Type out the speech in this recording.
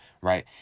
right